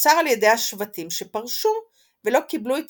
נוצר על ידי השבטים שפרשו ולא קיבלו את